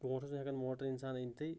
بونٛٹھ اوس نہٕ ہیٚکان موٹر اِنسان أنتھٕے